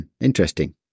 interesting